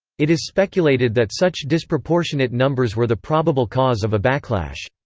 it is speculated that such disproportionate numbers were the probable cause of a backlash.